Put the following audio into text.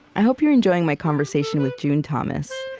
hope you're enjoying my conversation with june thomas.